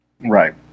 Right